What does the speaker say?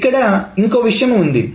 ఇక్కడ ఇంకో విషయం ఉంది